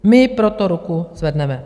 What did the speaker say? My pro to ruku zvedneme.